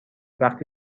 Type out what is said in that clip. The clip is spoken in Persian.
وقتی